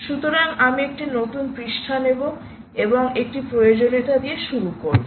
সুতরাং আমি একটি নতুন পৃষ্ঠা নেব এবং আমি একটি প্রয়োজনীয়তা দিয়ে শুরু করব